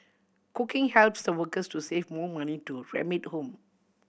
cooking helps the workers to save more money to remit home